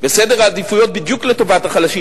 וסדר העדיפויות בדיוק לטובת החלשים.